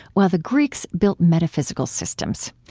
while the greeks built metaphysical systems.